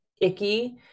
icky